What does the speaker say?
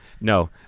No